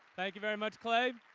thank you very much, clay.